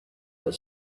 that